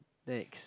next